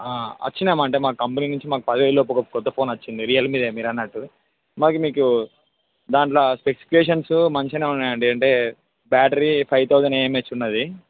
వచ్చినాం అంటే మా కంపెనీ నుంచి మాకు పదివేలలోపు ఒక కొత్త ఫోన్ వచ్చింది రియల్మీదే మీరు అన్నట్టు మాకు మీకు దాంట్ల స్పెసిఫికేషన్స్ మంచిగానే ఉన్నాయండి అంటే బ్యాటరీ ఫైవ్ తౌసండ్ ఎఎంహెచ్ ఉన్నది